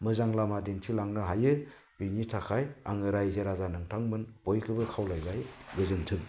मोजां लामा दिन्थिलांनो हायो बेनि थाखाय आङो रायजो राजा नोंथांमोन बयखौबो खावलायबाय गोजोनथों